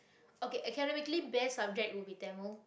okay academically best subject would be tamil